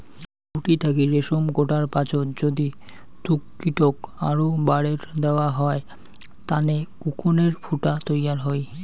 গুটি থাকি রেশম গোটার পাচত যদি তুতকীটক আরও বারের দ্যাওয়া হয় তানে কোকুনের ফুটা তৈয়ার হই